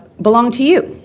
belong to you.